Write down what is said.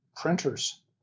printers